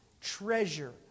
treasure